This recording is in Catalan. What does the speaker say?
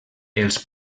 els